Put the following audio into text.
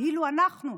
ואילו אנחנו,